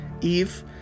Eve